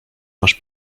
masz